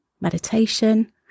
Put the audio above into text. meditation